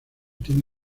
tiene